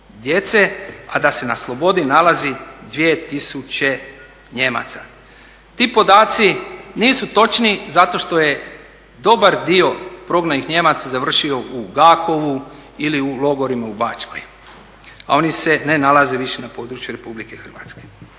a da se na slobodi nalazi 2000 Nijemaca. Ti podaci nisu točni zato što je dobar dio prognanih Nijemaca završio u Gakovu ili u logorima u Bačkoj, a oni se ne nalaze više na području RH.